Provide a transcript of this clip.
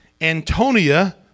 Antonia